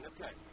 Okay